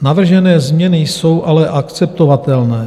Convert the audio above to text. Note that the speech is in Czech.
Navržené změny jsou ale akceptovatelné.